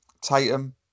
Tatum